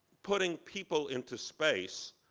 putting people into space,